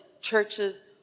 churches